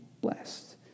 blessed